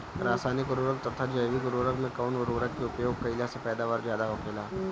रसायनिक उर्वरक तथा जैविक उर्वरक में कउन उर्वरक के उपयोग कइला से पैदावार ज्यादा होखेला?